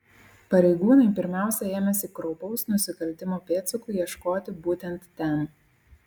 pareigūnai pirmiausia ėmėsi kraupaus nusikaltimo pėdsakų ieškoti būtent ten